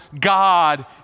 God